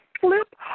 flip